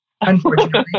unfortunately